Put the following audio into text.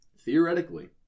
Theoretically